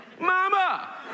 Mama